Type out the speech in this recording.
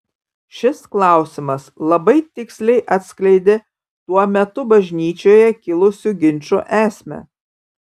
šis klausimas labai tiksliai atskleidė tuo metu bažnyčioje kilusių ginčų esmę